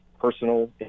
personal